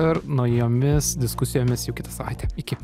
ir naujomis diskusijomis jau kitą savaitę iki